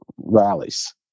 rallies